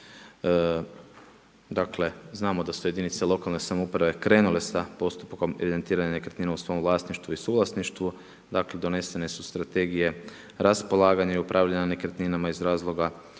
Dakle znamo da su jedinice lokalne samouprave krenule sa postupkom evidentiranja nekretnina u svom vlasništvu i suvlasništvu, dakle donesene su strategije raspolaganja i upravljanja nekretninama iz razloga